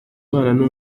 ababana